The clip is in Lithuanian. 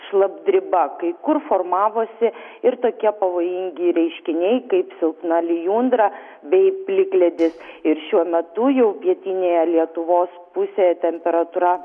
šlapdriba kai kur formavosi ir tokie pavojingi reiškiniai kaip silpna lijundra bei plikledis ir šiuo metu jau pietinėje lietuvos pusėje temperatūra